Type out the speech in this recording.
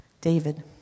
David